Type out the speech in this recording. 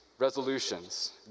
Resolutions